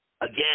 again